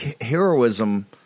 heroism